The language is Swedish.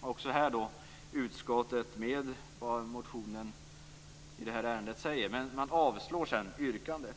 också här i det som sägs i motionen i detta ärende, men man avstyrker yrkandet.